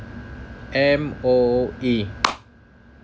M_O_E